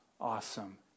awesome